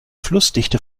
flussdichte